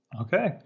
Okay